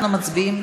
אנחנו מצביעים,